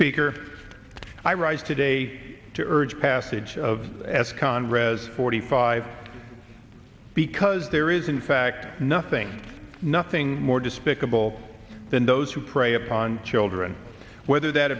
speaker i rise today to urge passage of as conrad as forty five because there is in fact nothing nothing more despicable than those who prey upon children whether that